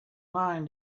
mind